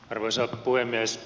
arvoisa puhemies